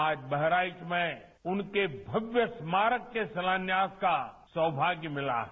आज बहराइच में उनके भव्य स्मारक के शिलान्यास का सौभाग्य मिला है